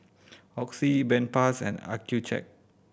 Oxy Bedpans and Accucheck